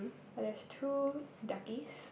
ah there's two duckies